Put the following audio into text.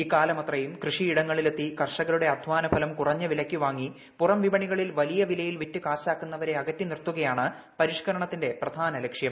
ഇക്കാലമത്രയും കൃഷിയിടങ്ങളിലെത്തി കർഷകരുടെ അധ്യാനഫലം കുറഞ്ഞ വിലക്ക് വാങ്ങി പുറം വിപണികളിൽ വലിയ വിറ്റുകാശാക്കുന്നവരെ അകറ്റിനിർത്തുകയാണ് പരിഷ്കരണത്തിന്റെ പ്രധാനലക്ഷ്യം